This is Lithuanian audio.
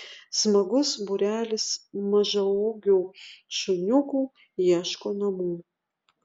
smagus būrelis mažaūgių šuniukų ieško namų